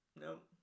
Nope